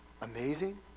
amazing